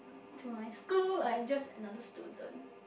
to my school I just another student